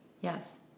yes